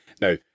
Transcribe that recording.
now